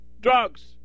drugs